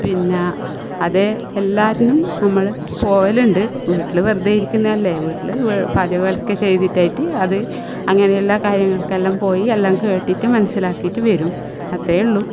പിന്നെ അതേ എല്ലാറ്റിനും നമ്മൾ പോവലുണ്ട് വീട്ടിൽ വെറുതെ ഇരിക്കുന്നതല്ലേ വീട്ടിൽ പാചകമൊക്കെ ചെയ്തിട്ടായിട്ട് അത് അങ്ങനെയെല്ലാം കാര്യങ്ങൾക്കെല്ലാം പോയി എല്ലാം കേട്ടിട്ട് മനസ്സിലാക്കീട്ട് വരും അത്രയെ ഉള്ളു